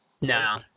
No